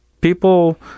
People